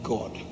God